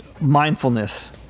Mindfulness